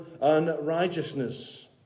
unrighteousness